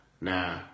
Now